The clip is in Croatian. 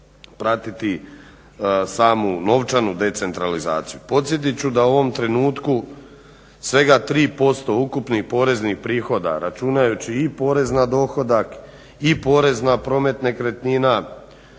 pratiti samu novčanu decentralizaciju. Podsjetit ću da u ovom trenutku svega 3% ukupnih poreznih prihoda računajući i porez na dohodak i porez na promet nekretnina,